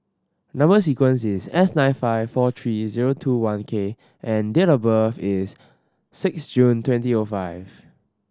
number sequence is S nine five four three zero two one K and date of birth is six June twenty O five